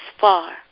far